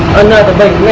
another